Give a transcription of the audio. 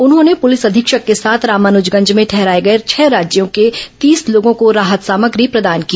उन्होंने पुलिस अधीक्षक के साथ रामानुजगंज में ठहराए गए छह राज्यों के तीस लोगों को राहत सामग्री प्रदान की